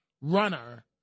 runner